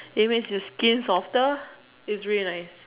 it makes your skin softer its really nice